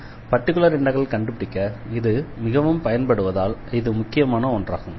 particular இண்டெக்ரலை கண்டுபிடிக்க இது மிகவும் பயன்படுவதால் இது முக்கியமான ஒன்றாகும்